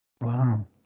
Wow